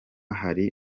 hari